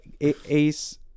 Ace